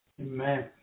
Amen